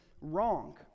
wrong